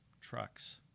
trucks